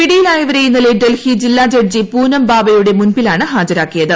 പിടിയിലായവരെ ഇന്നലെ ഡൽഹി ജില്ലാ ജഡ്ജി പുനം ബാംബയുടെ മുൻപിലാണ് ഹാജരാക്കിയത്